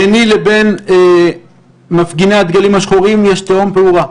ביני לבין מפגיני הדגלים השחורים יש תהום פעורה,